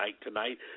tonight